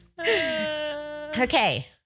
Okay